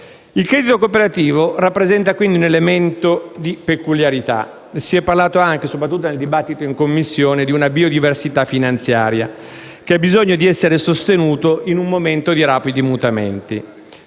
Il credito cooperativo rappresenta un elemento di peculiarità e si è parlato, soprattutto nel dibattito in Commissione, di una biodiversità finanziaria, che ha bisogno di essere sostenuta in un momento di rapidi mutamenti.